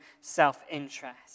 self-interest